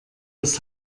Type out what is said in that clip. das